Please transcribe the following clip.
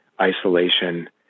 isolation